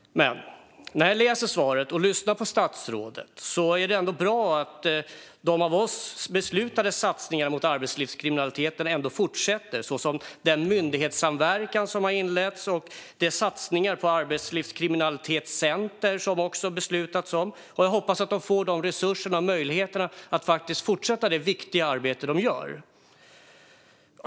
Jag lyssnade på statsrådets svar. Det är bra att de av oss beslutade satsningarna för att bekämpa arbetslivskriminaliteten fortsätter; det handlar bland annat om den myndighetssamverkan som har inletts och de satsningar på arbetslivskriminalitetscenter som det har beslutats om. Jag hoppas att de får resurser och möjligheter att fortsätta det viktiga arbete de gör.